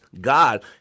God